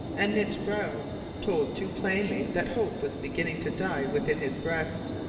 and knit brow told too plainly that hope was beginning to die within his breast.